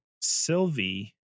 Sylvie